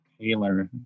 Taylor